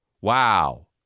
Wow